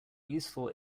useful